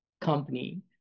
company